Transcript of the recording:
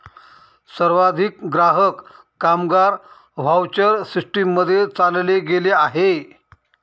सर्वाधिक ग्राहक, कामगार व्हाउचर सिस्टीम मध्ये चालले गेले आहे